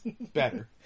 Better